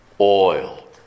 oil